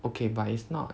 okay but it's not